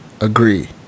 agree